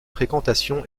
fréquentation